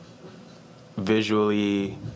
visually